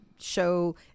show